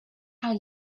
how